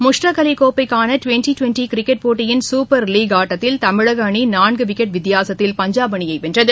முஸ்தக் அலி கோப்பை twenty twenty cricket போட்டியின் super league ஆட்டத்தில் தமிழக அணி நான்கு விக்கெட் வித்தியாசத்தில் பஞ்சாப் அணியை வென்றது